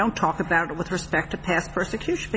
don't talk about it with respect to past persecution